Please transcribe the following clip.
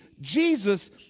Jesus